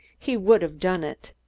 he would have done it.